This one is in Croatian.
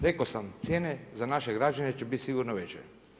Rekao sam cijene za naše građane će biti sigurno veće.